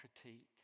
critique